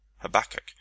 Habakkuk